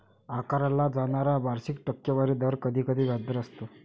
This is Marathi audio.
आकारला जाणारा वार्षिक टक्केवारी दर कधीकधी व्याजदर असतो